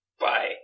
Bye